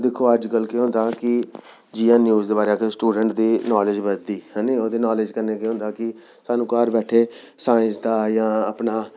दिक्खो अज्ज कल केह् होंदा कि जि'यां न्यूज़ दे बारे स्टूडेंट दी नॉलेज बधदी ऐनी ओह्दी नॉलेज कन्नै केह् होंदा कि सानूं घर बैठे दे साइंस दा जां अपना